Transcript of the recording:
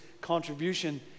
contribution